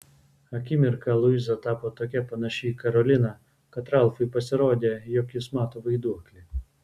akimirką luiza tapo tokia panaši į karoliną kad ralfui pasirodė jog jis mato vaiduoklį